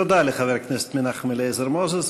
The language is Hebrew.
תודה לחבר הכנסת מנחם אליעזר מוזס.